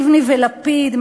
לבני ולפיד,